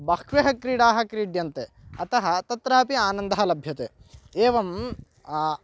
बह्व्यः क्रीडाः क्रीड्यन्ते अतः तत्रापि आनन्दः लभ्यते एवं